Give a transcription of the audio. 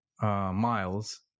Miles